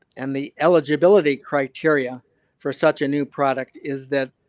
and the eligibility criteria for such a new product is that